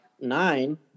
Nine